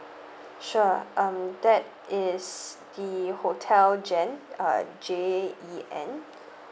sure um that is the hotel jen uh J E N